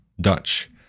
Dutch